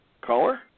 Caller